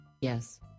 Yes